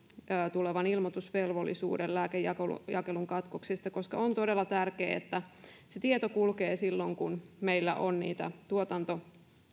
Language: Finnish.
tulevan ilmoitusvelvollisuuden lääkejakelun katkoksista koska on todella tärkeää että se tieto kulkee silloin kun meillä on niitä tuotanto